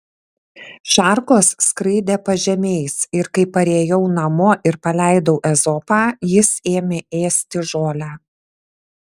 šarkos skraidė pažemiais ir kai parėjau namo ir paleidau ezopą jis ėmė ėsti žolę